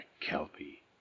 Kelpie